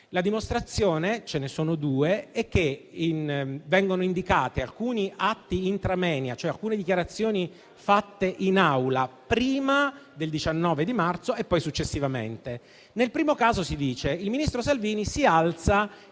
La dimostrazione - ce ne sono due - è che vengono indicati alcuni atti *intra moenia,* cioè alcune dichiarazioni fatte in Aula prima del 19 marzo e poi successivamente. Nel primo caso si dice che il ministro Salvini si alza